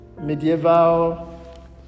medieval